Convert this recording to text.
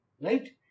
Right